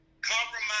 compromise